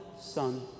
Son